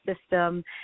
system